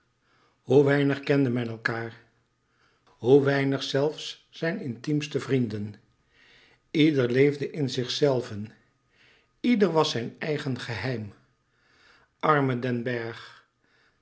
hoe weinig kende men elkaâr hoe weinig zelfs zijn intiemste vrienden ieder leefde in zichzelven ieder was zijn eigen geheim arme den bergh